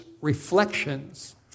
reflections